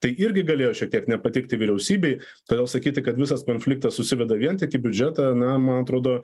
tai irgi galėjo šiek tiek nepatikti vyriausybei todėl sakyti kad visas konfliktas susiveda vien tik į biudžetą na man atrodo